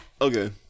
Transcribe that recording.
okay